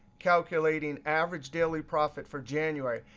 calculating average daily profit for january,